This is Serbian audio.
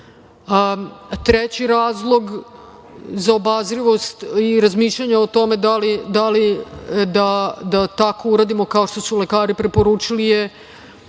razlog za obazrivost i razmišljanje o tome da li da tako uradimo kao što su lekari preporučili je,